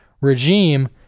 regime